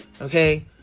okay